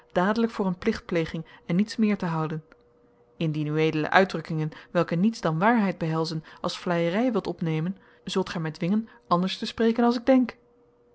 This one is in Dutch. dadelijk voor een plichtpleging en niets meer te houden indien ued uitdrukkingen welke niets dan waarheid behelzen als vleierij wilt opnemen zult gij mij dwingen anders te spreken als ik denk